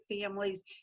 families